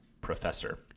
professor